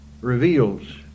reveals